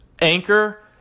Anchor